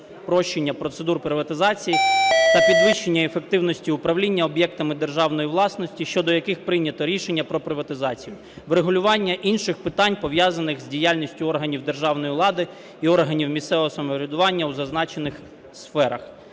спрощення процедур приватизації та підвищення ефективності управління об'єктами державної власності щодо яких прийнято рішення про приватизацію. Врегулювання інших питань, пов'язаних з діяльністю органів державної влади і органів місцевого самоврядування у зазначених сферах.